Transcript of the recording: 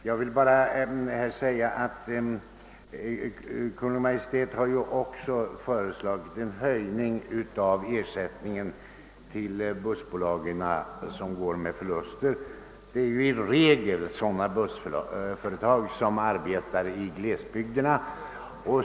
Jag vill dock säga att Kungl. Maj:t också har föreslagit en höjning av ersättningen till de bussbolag som går med förluster. Det gäller i regel sådana bussföretag som verkar i glesbygderna.